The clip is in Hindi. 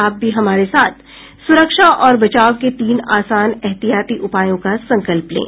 आप भी हमारे साथ सुरक्षा और बचाव के तीन आसान एहतियाती उपायों का संकल्प लें